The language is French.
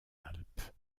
alpes